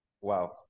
Wow